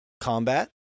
combat